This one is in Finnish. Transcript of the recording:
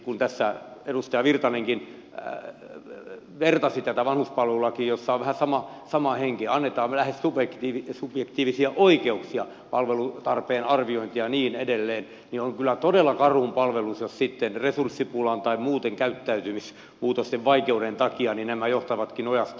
kun tässä edustaja virtanenkin vertasi tätä vanhuspalvelulakiin jossa on vähän sama henki annetaan lähes subjektiivisia oikeuksia palvelutarpeen arviointia ja niin edelleen niin on kyllä todella karhunpalvelus jos sitten resurssipulan tai muuten käyttäytymismuutosten vaikeuden takia nämä johtavatkin ojasta allikkoon